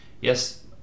Yes